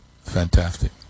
fantastic